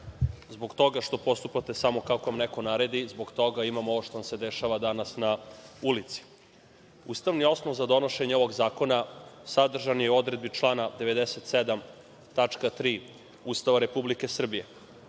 Zbog toga što postupate samo kako vam neko naredi, zbog toga imamo ovo što nam se dešava danas na ulici. Ustavni osnov za donošenje ovog zakona sadržan je u odredbi člana 97. tačka 3) Ustava Republike Srbije